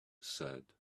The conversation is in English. said